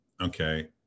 okay